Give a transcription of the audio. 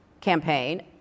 campaign